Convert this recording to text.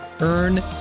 Earn